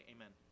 Amen